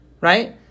Right